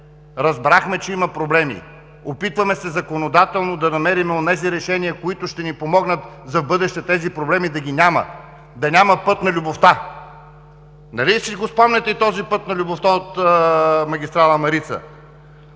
разбрахме, че има проблеми, опитваме се законодателно да намерим онези решения, които ще ни помогнат в бъдеще тези проблеми да ги няма, да няма „път на любовта“. Нали си спомняте този „път на любовта“ от магистрала „Марица“?